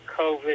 COVID